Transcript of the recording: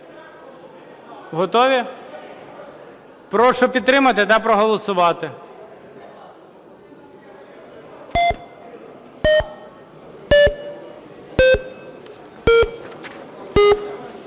Готові? Прошу підтримати та проголосувати.